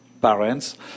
parents